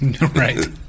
right